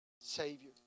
Savior